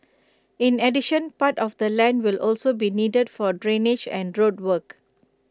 in addition part of the land will also be needed for drainage and road work